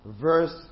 verse